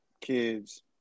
kids